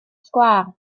sgwâr